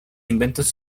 inventos